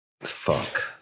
Fuck